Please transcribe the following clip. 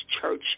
Church